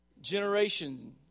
generation